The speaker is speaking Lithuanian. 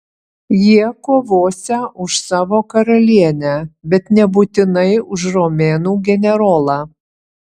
jie kovosią už savo karalienę bet nebūtinai už romėnų generolą